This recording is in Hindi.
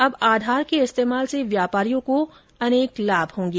अब आधार के इस्तेमाल से व्यापारियों को अनेक लाभ होंगे